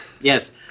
yes